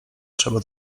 trzeba